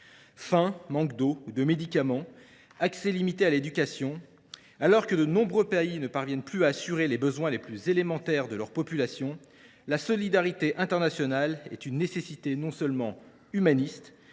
Faim, manque d’eau et de médicaments, accès limité à l’éducation… Alors que de nombreux pays ne parviennent plus à assurer les besoins les plus élémentaires de leur population, la solidarité internationale est une nécessité non seulement humaniste,